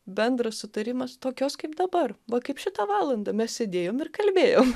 bendras sutarimas tokios kaip dabar va kaip šitą valandą mes sėdėjom ir kalbėjom